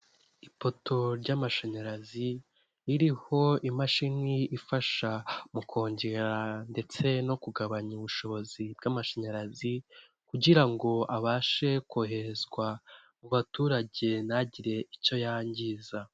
Ipoto ry'amashanyarazi ririho imashini ifasha mu kongera ndetse no kugabanya ubushobozi bw'amashanyarazi, kugira ngo abashe koherezwa mu baturage ntagire icyo yangiza.